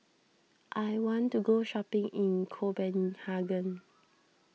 I want to go shopping in Copenhagen